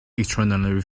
extraordinary